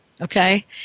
okay